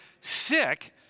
sick